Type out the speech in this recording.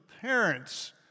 parents